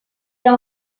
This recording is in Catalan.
era